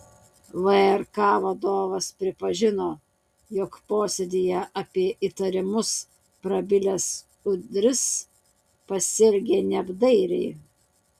vrk vadovas pripažino jog posėdyje apie įtarimus prabilęs udris pasielgė neapdairiai